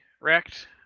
wrecked